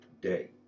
day